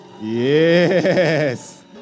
Yes